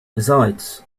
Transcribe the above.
besides